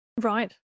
Right